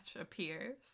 appears